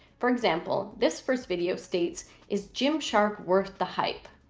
for example, this first video states is jim shark worth the hype.